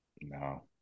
No